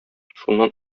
шуннан